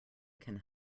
can